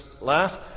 laugh